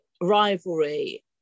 rivalry